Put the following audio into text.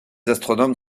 astronomes